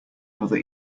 another